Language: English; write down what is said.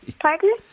Pardon